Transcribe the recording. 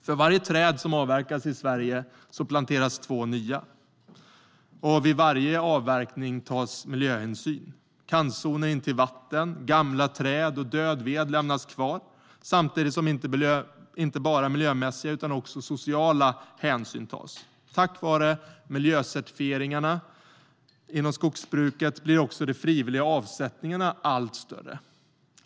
För varje träd som avverkas i Sverige planteras två nya, och vid varje avverkning tas miljöhänsyn genom kantzoner intill vatten och gamla träd och död ved som lämnas kvar. Inte bara miljömässiga hänsyn tas utan också sociala. Tack vare miljöcertifieringarna inom skogsbruket blir också de frivilliga avsättningarna allt större.